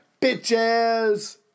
bitches